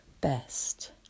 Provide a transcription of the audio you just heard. best